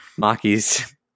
Maki's